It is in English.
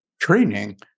training